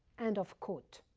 end of quote.